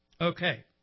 Okay